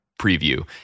preview